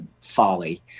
folly